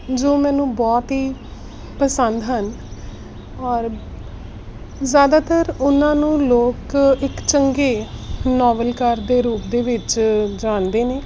ਜੋ ਮੈਨੂੰ ਬਹੁਤ ਹੀ ਪਸੰਦ ਹਨ ਔਰ ਜ਼ਿਆਦਾਤਰ ਉਹਨਾਂ ਨੂੰ ਲੋਕ ਇੱਕ ਚੰਗੇ ਨੌਵਲਕਾਰ ਦੇ ਰੂਪ ਦੇ ਵਿੱਚ ਜਾਣਦੇ ਨੇ